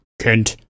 Kent